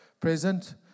present